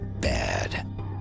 bad